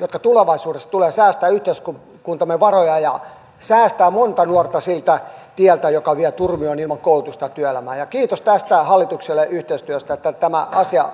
että ne tulevaisuudessa tulevat säästämään yhteiskuntamme varoja ja säästämään monta nuorta siltä tieltä joka vie turmioon ilman koulutusta ja työelämää kiitos hallitukselle yhteistyöstä niin että tämä asia